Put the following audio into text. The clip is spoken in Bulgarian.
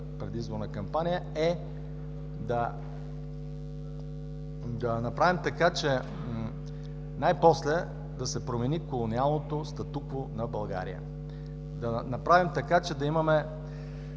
предизборна кампания, е да направим така, че най-после да се промени колониалното статукво на България; да направим така, че да имаме